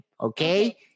okay